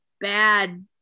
bad